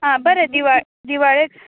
आं बरें दिवा दिवाळे